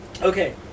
Okay